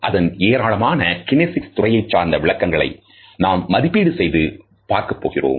அதன் ஏராளமான கினேசிக்ஸ் துறை சார்ந்த விளக்கங்களை நாம் மதிப்பீடு செய்து பார்க்கப் போகிறோம்